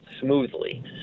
smoothly